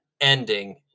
ending